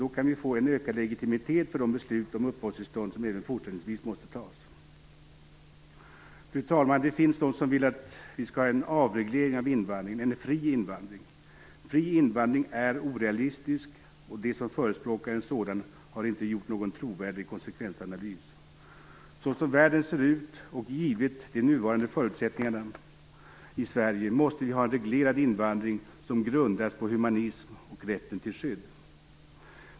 Då kan vi få en ökad legitimitet för de beslut om uppehållstillstånd som även fortsättningsvis måste tas. Fru talman! Det finns de som vill att vi skall ha en avreglering av invandringen, en fri invandring. Fri invandring är orealistisk, och de som förespråkar en sådan har inte gjort någon trovärdig konsekvensanalys. Så som världen ser ut och givet de nuvarande förutsättningarna i Sverige måste vi ha en reglerad invandring som grundas på humanism och på rätten till skydd.